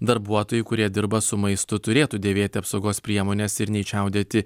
darbuotojų kurie dirba su maistu turėtų dėvėti apsaugos priemones ir nei čiaudėti